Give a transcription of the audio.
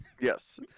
Yes